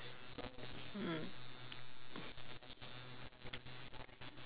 mm